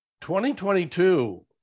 2022